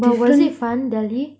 but was it fun delhi